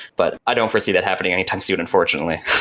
but i don't foresee that happening anytime soon, unfortunately.